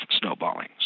snowballing